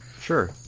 sure